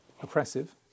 oppressive